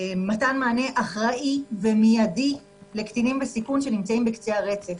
מתן מענה אחראי ומידי לקטינים בסיכון שנמצאים בקצה הרצף.